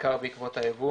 הבקר בעקבות הייבוא